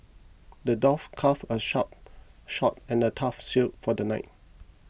the dwarf crafted a sharp sharp and a tough shield for the knight